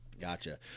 Gotcha